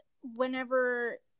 whenever